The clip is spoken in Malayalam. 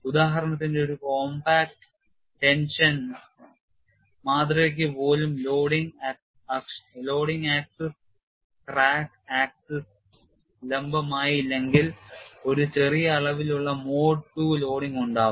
ഉദാഹരണത്തിന് ഒരു കോംപാക്റ്റ് ടെൻഷൻ മാതൃകയ്ക്ക് പോലും ലോഡിംഗ് അക്ഷം ക്രാക്ക് അക്ഷത്തിന് ലംബമായില്ലെങ്കിൽ ഒരു ചെറിയ അളവിലുള്ള മോഡ് II ലോഡിംഗ് ഉണ്ടാകും